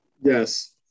Yes